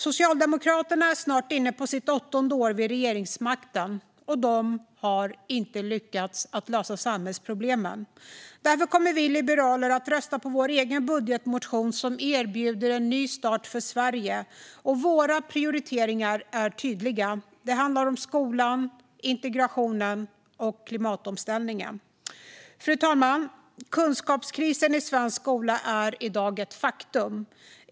Socialdemokraterna är snart inne på sitt åttonde år vid regeringsmakten, och de har inte lyckats lösa samhällsproblemen. Därför kommer vi liberaler att rösta på vår egen budgetmotion som erbjuder en ny start för Sverige, och våra prioriteringar är tydliga. Det handlar om skolan, integrationen och klimatomställningen. Fru talman! Kunskapskrisen i svensk skola är i dag ett faktum.